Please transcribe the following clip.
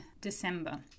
December